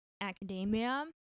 academia